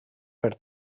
per